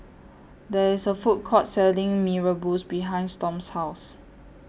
There IS A Food Court Selling Mee Rebus behind Storm's House